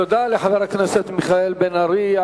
תודה לחבר הכנסת מיכאל בן-ארי.